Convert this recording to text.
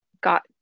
got